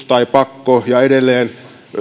tai pakko ja edelleen